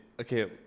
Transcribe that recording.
Okay